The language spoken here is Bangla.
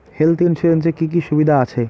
হেলথ ইন্সুরেন্স এ কি কি সুবিধা আছে?